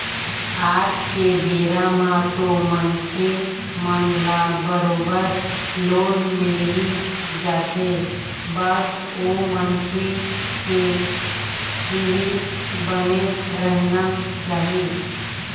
आज के बेरा म तो मनखे मन ल बरोबर लोन मिलही जाथे बस ओ मनखे के सिविल बने रहना चाही